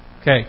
Okay